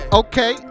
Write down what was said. okay